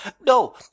no